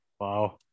Wow